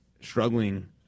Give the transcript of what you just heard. struggling